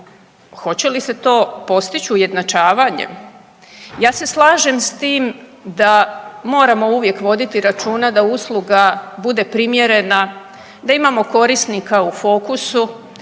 hoće li se to postići ujednačavanjem? Ja se slažem s tim da moramo uvijek voditi računa da usluga bude primjerena, da imamo korisnika u fokusu.